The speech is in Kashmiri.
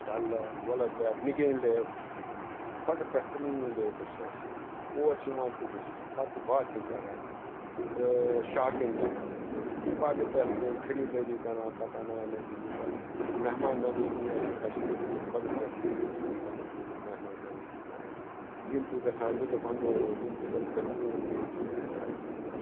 Dal lake Wular lake Nigeen lake چھُ بَڑٕ بہتریٖن لیکٕس چھِ اَسہِ یِم اور چھِ یِوان ٹوٗرِسٹ پَتہٕ چھِ باتھِنٛگ کَران اَتہِ شاپِنٛگ کَران اَتہِ بَڑٕ بہتریٖن خٔریٖدٲری کَران پَتہٕ اَنان اَتہِ یہِ بَڑٕ مہمان نَوٲزی آسہِ کَشمیٖرکٮ۪ن بَڑٕ بہتریٖن سرینَگرکٮ۪ن یِمَن مہمان نَوٲزی کَران یِم تہِ گژھان لُطف اندوز یِم تہِ بَڑٕ بہتریٖن پٲٹھۍ اَتہِ کَران چَکرا وکرا